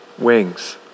Wings